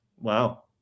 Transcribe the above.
Wow